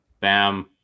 Bam